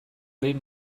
behin